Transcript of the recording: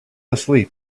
asleep